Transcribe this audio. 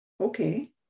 okay